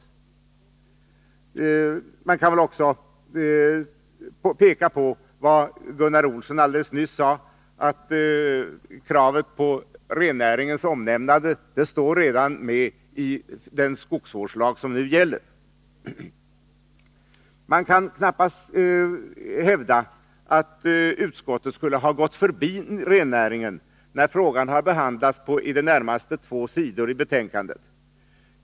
Man kan också peka på vad Gunnar Olsson alldeles nyss sade, nämligen att kravet på rennäringens omnämnande redan står i den skogsvårdslag som nu gäller. Man kan knappast hävda att utskottet skulle ha gått förbi rennäringen, när frågan har behandlats på i det närmaste två sidor i betänkandet.